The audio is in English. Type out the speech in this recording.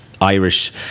Irish